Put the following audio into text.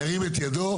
ירים את ידו.